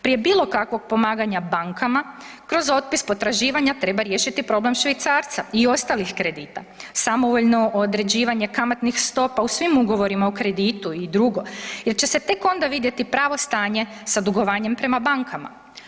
Prije bilo kakvog pomaganja banka kroz otpis potraživanja treba riješiti problem švicarca i ostalih kredita, samovoljno određivanje kamatnih stopa u svim ugovorima o kreditu i drugo jer će se tek onda vidjeti pravo stanje sa dugovanjem prema bankama.